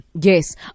yes